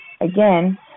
again